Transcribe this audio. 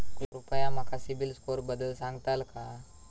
कृपया माका सिबिल स्कोअरबद्दल सांगताल का?